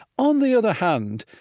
on the other hand,